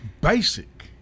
basic